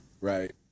Right